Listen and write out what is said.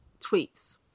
tweets